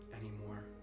anymore